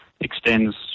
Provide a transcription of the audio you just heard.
extends